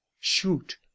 shoot